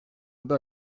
adı